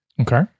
Okay